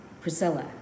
Priscilla